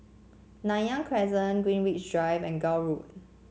Nanyang Crescent Greenwich Drive and Gul Road